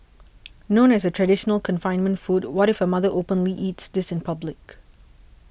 known as a traditional confinement food what if a mother openly eats this in public